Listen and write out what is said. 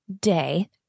day